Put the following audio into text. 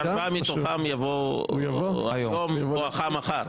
וארבעה מתוכם יבואו היום בואכה מחר.